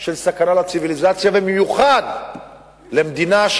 של סכנה לציוויליזציה, ובמיוחד למדינה.